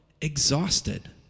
exhausted